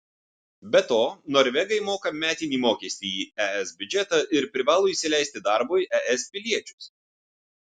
be to norvegai moka metinį mokestį į es biudžetą ir privalo įsileisti darbui es piliečius